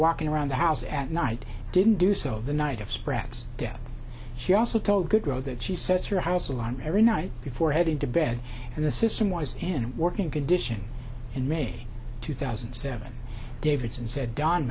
walking around the house at night didn't do so the night of sprats death she also told good growth that she sets her house alarm every night before heading to bed and the system was and working condition in may two thousand and seven davidson said don